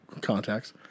contacts